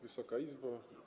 Wysoka Izbo!